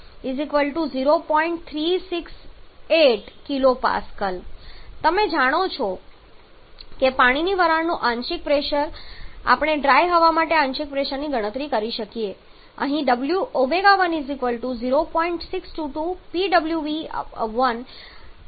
368 kPa જેમ તમે જાણો છો પાણીની વરાળનું આંશિક પ્રેશર આપણે ડ્રાય હવા માટે આંશિક પ્રેશરની ગણતરી કરી શકીએ છીએ